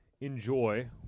enjoy